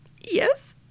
yes